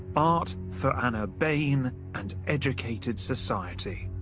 art for an urbane and educated society.